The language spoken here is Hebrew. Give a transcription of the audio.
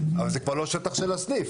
אבל זה כבר לא השטח של הסניף.